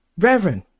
Reverend